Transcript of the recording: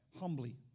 Humbly